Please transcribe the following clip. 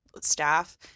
staff